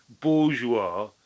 bourgeois